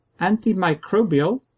antimicrobial